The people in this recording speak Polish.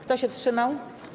Kto się wstrzymał?